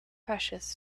precious